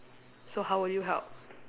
so how will you help